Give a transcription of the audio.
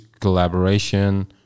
collaboration